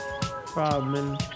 problem